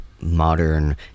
modern